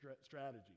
strategy